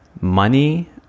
money